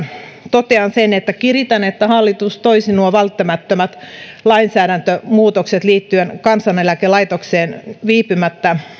totean sen että kiritän että hallitus toisi nuo välttämättömät lainsäädäntömuutokset liittyen kansaneläkelaitokseen viipymättä